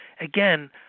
Again